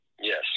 Yes